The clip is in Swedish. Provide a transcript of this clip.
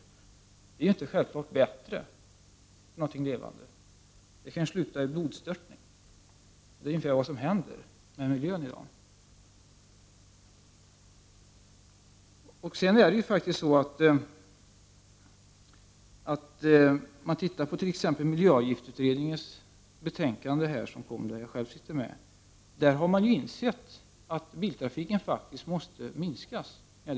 Men detta är inte självklart bättre i fråga om någonting levande; det kan sluta i blodstörtning. Och detta är ungefär vad som sker med miljön i dag. I betänkandet från miljöavgiftsutredningen - där jag själv sitter med - kan man se att utredningen har insett att biltrafiken, eller privatbilismen, faktiskt måste minska i omfattning.